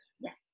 Yes